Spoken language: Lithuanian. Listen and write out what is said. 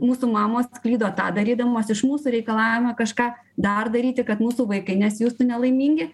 mūsų mamos klydo tą darydamos iš mūsų reikalaujama kažką dar daryti kad mūsų vaikai nesijaustų nelaimingi